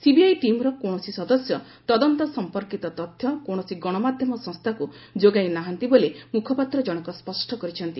CBI ଟିମ୍ର କୌଣସି ସଦସ୍ୟ ତଦନ୍ତ ସମ୍ପର୍କିତ ତଥ୍ୟ କୌଣସି ଗଣମାଧ୍ୟମ ସଂସ୍ଥାକୁ ଯୋଗାଇ ନାହାନ୍ତି ବୋଲି ମୁଖପାତ୍ର ଜଣକ ସ୍ୱଷ୍ଟ କରିଛନ୍ତି